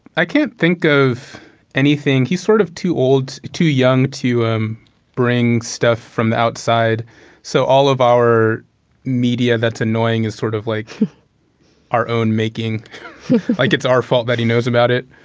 i can't think of anything he's sort of too old too young to um bring stuff from the outside so all of our media that's annoying is sort of like our own making like it's our fault that he knows about it.